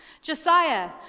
Josiah